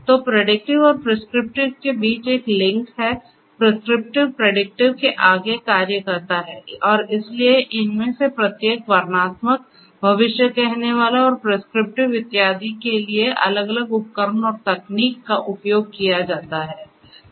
तो प्रिडिक्टिव और प्रिस्क्रिप्टिव के बीच एक लिंक है प्रिस्क्रिप्टिव प्रेडिक्टिव के आगे कार्य करता है और इसलिए इनमें से प्रत्येक वर्णनात्मक भविष्य कहनेवाला और प्रिस्क्रिप्टिव इत्यादि के लिए अलग अलग उपकरण और तकनीक का उपयोग किया जाता है